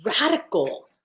radical